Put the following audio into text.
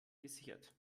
gesichert